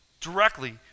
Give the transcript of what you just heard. directly